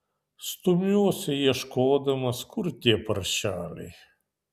stumiuosi ieškodamas kur tie paršeliai